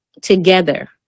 together